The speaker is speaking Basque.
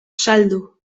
saldu